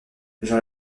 jean